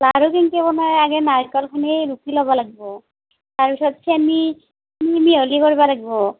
লাড়ু কেনেকৈ বনায় আগে নাৰিকলখিনি ৰুকি ল'ব লাগিব তাৰপিছত চেনিখিনি মিহলি কৰিব লাগিব